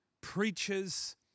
preachers